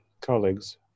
colleagues